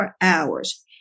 hours